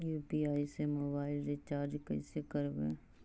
UPI से mobile recharge कैसे करबइ?